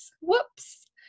whoops